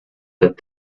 that